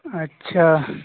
अच्छा